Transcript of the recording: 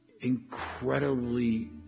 incredibly